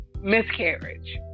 miscarriage